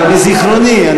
לזיכרוני,